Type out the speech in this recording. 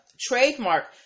trademark